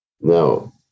Now